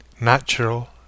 natural